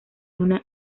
una